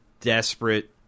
desperate